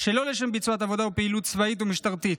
שלא לשם ביצוע עבודה או פעילות צבאית או משטרתית.